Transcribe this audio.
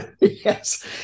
Yes